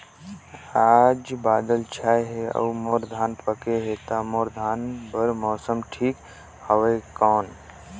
आज बादल छाय हे अउर मोर धान पके हे ता मोर धान बार मौसम ठीक हवय कौन?